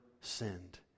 sinned